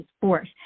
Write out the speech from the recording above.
Force